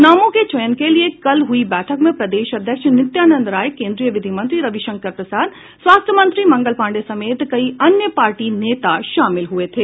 नामों के चयन के लिये कल हुई बैठक में प्रदेश अध्यक्ष नित्यानंद राय केंद्रीय विधि मंत्री रविशंकर प्रसाद स्वास्थ्य मंत्री मंगल पाण्डेय समेत कई अन्य पार्टी नेता शामिल हुये थे